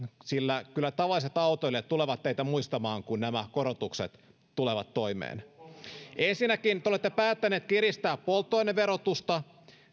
sillä kyllä tavalliset autoilijat tulevat teitä muistamaan kun nämä korotukset tulevat toimeen ensinnäkin te olette päättäneet kiristää polttoaineverotusta